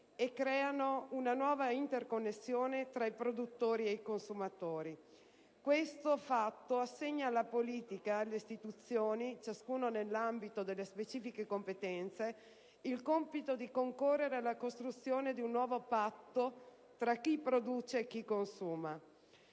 e creano una inedita connessione tra produttori e consumatori. Questo fatto assegna alla politica e alle istituzioni, ciascuno nell'ambito delle specifiche competenze, il compito di concorrere alla costruzione di un nuovo patto tra chi produce e chi consuma.